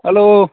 hello